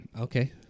Okay